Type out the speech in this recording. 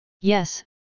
Yes